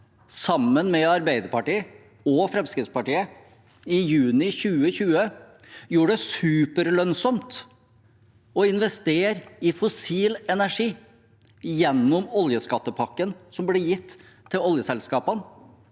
sammen med Arbeiderpartiet og Fremskrittspartiet, i juni 2020 gjorde det superlønnsomt å investere i fossil energi gjennom oljeskattepakken som ble gitt til oljeselskapene.